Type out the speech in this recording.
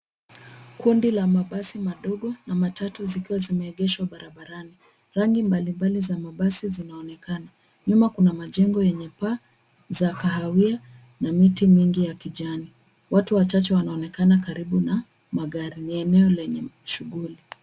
Kundi la mabasi madogo na matatu zikiwa zimeegeshwa barabarani. Rangi mbalimbali za mabasi zinaonekana. Nyuma kuna majengo yenye paa za kahawia na miti mingi ya kijani. Watu wachache wanaonekana karibu na magari. Ni eneo lenye shughuli.